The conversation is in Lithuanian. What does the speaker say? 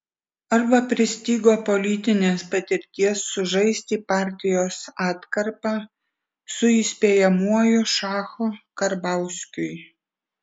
arba pristigo politinės patirties sužaisti partijos atkarpą su įspėjamuoju šachu karbauskiui